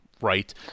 right